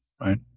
right